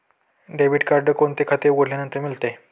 Debit card कोणते खाते उघडल्यानंतर मिळते?